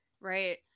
Right